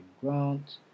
Grant